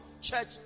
church